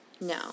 no